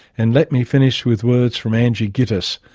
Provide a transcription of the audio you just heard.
and let me finish with words from angie gittus,